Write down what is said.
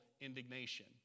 indignation